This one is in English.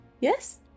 Yes